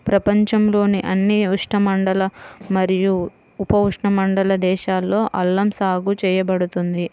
ప్రపంచంలోని అన్ని ఉష్ణమండల మరియు ఉపఉష్ణమండల దేశాలలో అల్లం సాగు చేయబడుతుంది